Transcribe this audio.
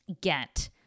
get